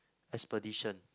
expedition